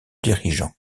dirigeant